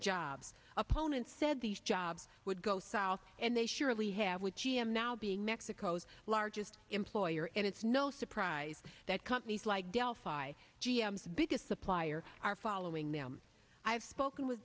jobs opponents said these jobs would go south and they surely have with g m now being mexico's largest employer and it's no surprise that companies like delphi g m s biggest supplier are following them i've spoken with